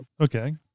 Okay